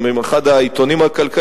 גם עם אחד העיתונים הכלכליים,